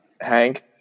hank